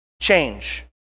change